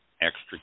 extra